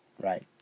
right